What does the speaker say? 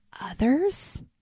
others—